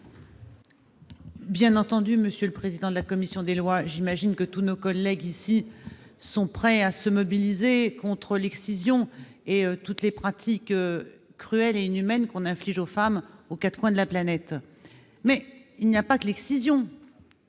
Bien entendu, monsieur le président de la commission des lois, j'imagine que tous nos collègues sont prêts à se mobiliser contre l'excision et contre toutes les pratiques cruelles et inhumaines subies par les femmes aux quatre coins de la planète. Mais il n'y a pas que l'excision